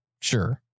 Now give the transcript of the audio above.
Sure